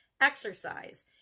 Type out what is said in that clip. exercise